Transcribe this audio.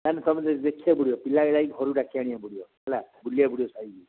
ତା'ହେଲେ ସବୁ ଦିନ ଦେଖିବାକୁ ପଡ଼ିବ ପିଲା ଘରୁକୁ ଡାକି ଆଣିବାକୁ ପଡ଼ିବ ହେଲା ବୁଲିବାକୁ ପଡ଼ିବ ସାହି